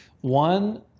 One